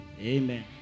Amen